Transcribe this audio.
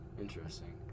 Interesting